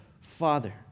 Father